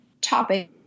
topic